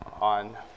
on